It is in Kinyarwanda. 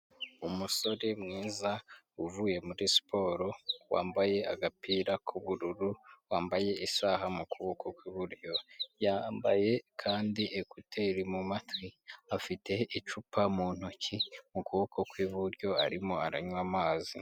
Umusore mwiza uvuye muri siporo, wambaye agapira k'ubururu, wambaye isaha mu kuboko ku iburyo, yambaye kandi ekuteri mu matwi, afite icupa mu ntoki, mu kuboko kw'iburyo arimo aranywa amazi.